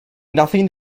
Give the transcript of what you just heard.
nothing